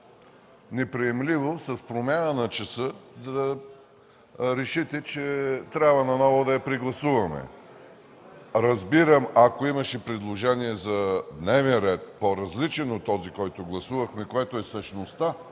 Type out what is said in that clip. неприемливо с промяна на часа да решите, че трябва наново да я прегласувате. Разбирам, ако имаше предложение за дневен ред, по-различен от този, който гласувахме, което е същността